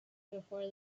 before